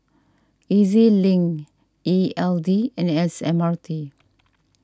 E Z link E L D and S M R T